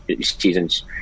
season's